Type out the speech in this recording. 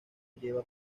lleva